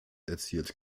erzielt